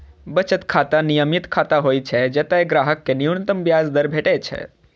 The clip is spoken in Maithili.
बचत खाता नियमित खाता होइ छै, जतय ग्राहक कें न्यूनतम ब्याज दर भेटै छै